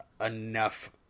enough